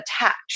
attached